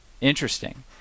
interesting